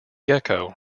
gecko